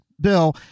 Bill